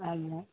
ஆமாம்